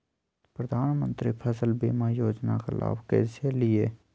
प्रधानमंत्री फसल बीमा योजना का लाभ कैसे लिये?